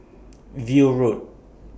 View Road